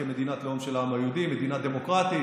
דנמרק,